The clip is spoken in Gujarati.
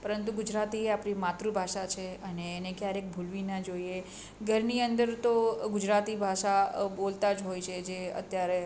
પરંતુ ગુજરાતી આપણી માતૃભાષા છે અને એને ક્યારેક ભૂલવી ન જોઈએ ઘરની અંદર તો ગુજરાતી ભાષા બોલતા જ હોય છે જે અત્યારે